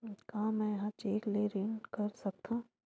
का मैं ह चेक ले ऋण कर सकथव?